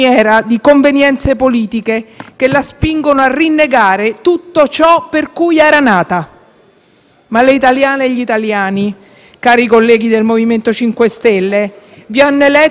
Ma le italiane e gli italiani, cari colleghi del MoVimento 5 Stelle, vi hanno eletto in Senato illusi dalla vostra falsa promessa di cambiamento